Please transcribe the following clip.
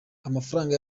amafaranga